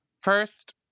First